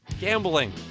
gambling